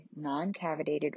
non-cavitated